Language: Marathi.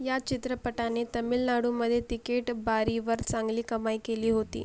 या चित्रपटाने तमिलनाडूमध्ये तिकीट बारीवर चांगली कमाई केली होती